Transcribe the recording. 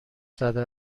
زده